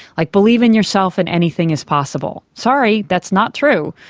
like, believe in yourself and anything is possible. sorry, that's not true.